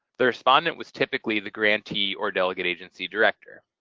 the respondent was typically the grantee or delegate agency director.